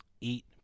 eat